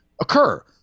occur